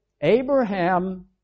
Abraham